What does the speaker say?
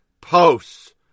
posts